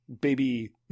baby